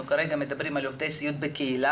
אנחנו כרגע מדברים על עובדי הסיעוד בקהילה,